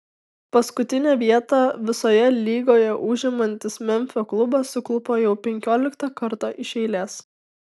paskutinę vietą visoje lygoje užimantis memfio klubas suklupo jau penkioliktą kartą iš eilės